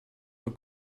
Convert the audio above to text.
für